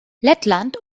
lettland